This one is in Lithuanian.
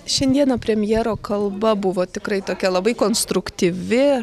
šiandieną premjero kalba buvo tikrai tokia labai konstruktyvi